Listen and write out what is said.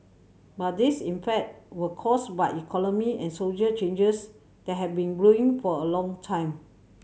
but these in fact were caused by economic and soldier changes that have been brewing for a long time